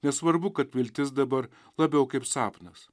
nesvarbu kad viltis dabar labiau kaip sapnas